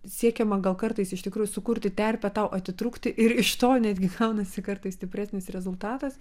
siekiama gal kartais iš tikrųjų sukurti terpę tau atitrūkti ir iš to netgi gaunasi kartais stipresnis rezultatas